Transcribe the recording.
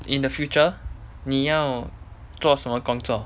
in the future 你要做什么工作